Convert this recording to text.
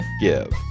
give